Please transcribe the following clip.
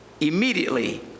Immediately